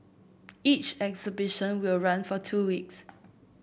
each exhibition will run for two weeks